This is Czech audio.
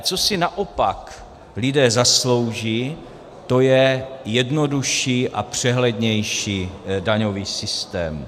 Co si ale naopak lidé zaslouží, to je jednodušší a přehlednější daňový systém.